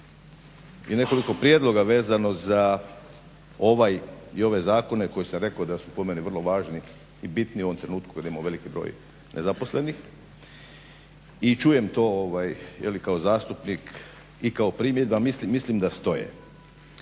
riječi i prijedloga vezano za ovaj i za ove zakone koje sam reko da su po meni vrlo važni i bitni u ovom trenutku kada imamo veliki broj nezaposlenih i čujem to kao zastupnik i kao primjedba mislim da stoje.